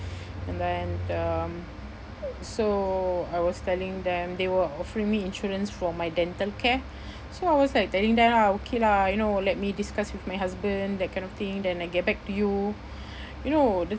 and then um so I was telling them they were offering me insurance for my dental care so I was like telling them lah okay lah you know let me discuss with my husband that kind of thing then I get back to you you know the